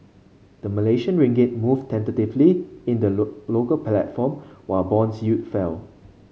the Malaysian Ringgit moved tentatively in the low local platform while bond yields fell